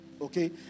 Okay